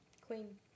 Queen